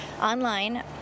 online